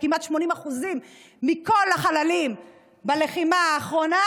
כמעט 80% מכל החללים בלחימה האחרונה